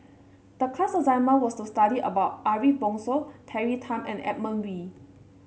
the class assignment was to study about Ariff Bongso Terry Tan and Edmund Wee